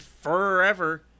Forever